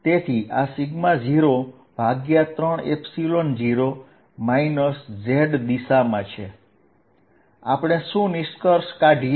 આપણે શું નિષ્કર્ષ કાઢીએ